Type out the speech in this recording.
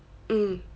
mm